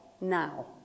now